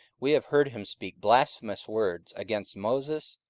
we have heard him speak blasphemous words against moses,